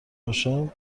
باشم